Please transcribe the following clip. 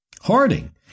Harding